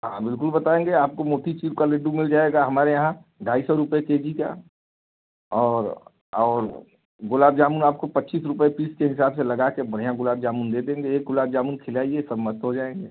हाँ बिल्कुल बताएंगे आपको मोतीचूर का लड्डू मिल जाएगा हमारे यहाँ ढाई सौ रुपये के जी का और और गुलाब जामुन आपको पच्चीस रुपये पीस के हिसाब से लगा कर बढ़िया गुलाब जामुन दे देंगे एक गुलाब जामुन खिलाइए सब मस्त हो जाएंगे